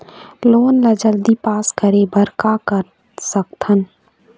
Loan ला जल्दी pass करे बर का कर सकथन?